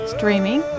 Streaming